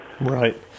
Right